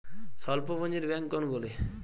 স্বল্প পুজিঁর ব্যাঙ্ক কোনগুলি?